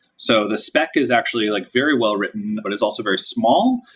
so the spec is actually like very well-written, but it's also very small,